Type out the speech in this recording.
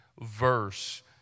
verse